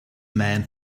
man